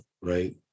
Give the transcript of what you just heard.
right